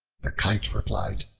the kite replied,